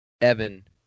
Evan